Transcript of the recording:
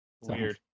weird